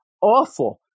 awful